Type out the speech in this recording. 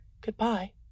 Goodbye